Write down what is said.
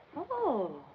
oh,